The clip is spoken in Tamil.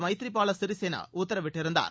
மைத்ரிபாலா சிறிசேனா உத்தரவிட்டிருந்தார்